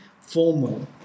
formal